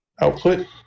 output